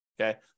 okay